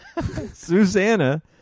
Susanna